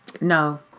No